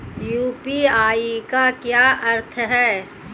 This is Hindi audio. यू.पी.आई का क्या अर्थ है?